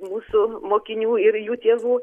mūsų mokinių ir jų tėvų